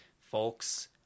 folks